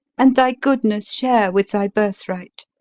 and thy goodness share with thy birthright!